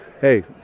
hey